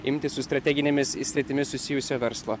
imtis su strateginėmis sritimis susijusio verslo